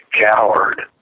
coward